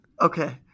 Okay